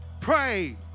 Pray